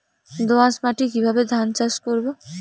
দোয়াস মাটি কিভাবে ধান চাষ করব?